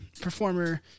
performer